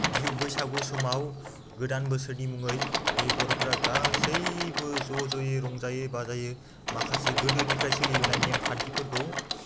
बिहु बैसागु समाव गोदान बोसोरनि मुङै बे बर'फोरा गासैबो ज' ज'यै रंजायै बाजायै माखासे गोदोनिफ्राय सोलिबोनाय नेम खान्थिफोरखौ